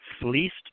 fleeced